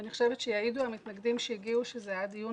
אני חושבת שיעידו המתנגדים שהגיעו שזה היה דיון